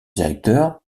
directeur